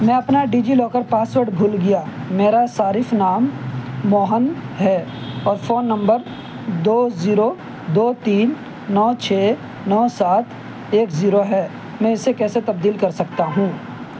میں اپنا DigiLocker password بھول گیا میرا صارف نام موہن ہے اور فون نمبر دو زیرو دو تین نو چھ نو سات ایک زیرو ہے میں اسے کیسے تبدیل کر سکتا ہوں